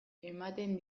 ematen